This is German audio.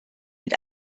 mit